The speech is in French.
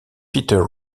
peter